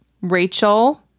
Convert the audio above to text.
Rachel